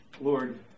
Lord